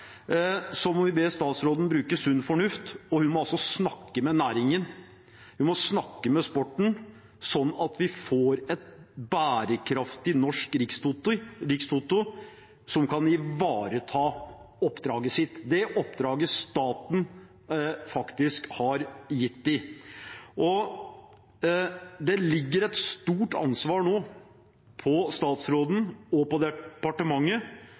må vi be statsråden bruke sunn fornuft, og hun må også snakke med næringen. Hun må snakke med sporten, sånn at vi får et bærekraftig Norsk Rikstoto som kan ivareta oppdraget sitt, det oppdraget staten faktisk har gitt dem. Det ligger et stort ansvar nå på statsråden og på departementet